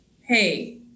Hey